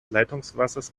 leitungswassers